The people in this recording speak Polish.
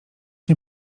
nie